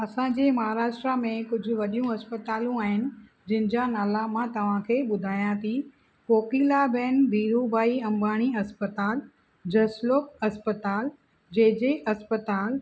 असांजे महाराष्ट्र में कुझु वॾियूं अस्पतालूं आहिनि जिनि जा नाला मां तव्हांखे ॿुधायां थी कोकिलाबेन धीरुभाई अंबानी अस्पताल जसलोक अस्पताल जेजे अस्पताल